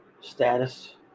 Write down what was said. status